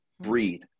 breathe